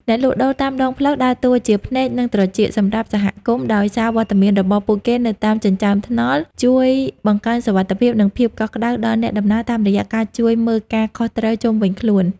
អ្នកលក់ដូរតាមដងផ្លូវដើរតួជា "ភ្នែក និងត្រចៀក" សម្រាប់សហគមន៍ ដោយសារវត្តមានរបស់ពួកគេនៅតាមចិញ្ចើមថ្នល់ជួយបង្កើនសុវត្ថិភាព និងភាពកក់ក្ដៅដល់អ្នកដំណើរតាមរយៈការជួយមើលការខុសត្រូវជុំវិញខ្លួន។